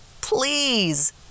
please